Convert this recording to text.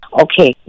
Okay